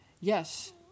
Yes